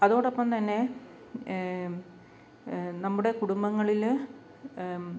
അതോടൊപ്പം തന്നെ നമ്മുടെ കുടുംബങ്ങളിൽ